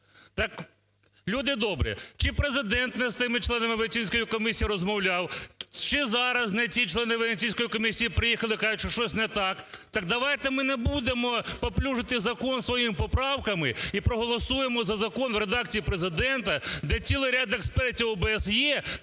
Так, люди добрі, чи Президент не з тими членами Венеційської комісії розмовляв, чи зараз не ті члени Венеційської комісії приїхали, кажуть, щось не так? Так давайте не будемо паплюжити закон своїми поправками і проголосуємо за закон в редакції Президента, де цілий ряд експертів ОБСЄ